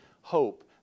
hope